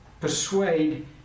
persuade